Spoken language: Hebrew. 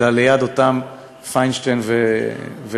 אלא ליד אותם פיינשטיין וברזני.